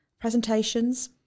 presentations